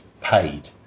paid